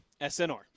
SNR